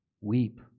Weep